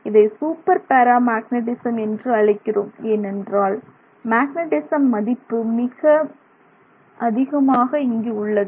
இதை superparamagnetism என்று அழைக்கிறோம் ஏனென்றால் மேக்னெட்டிசம் மதிப்பு இங்கு மிக அதிகமாக உள்ளது